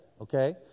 okay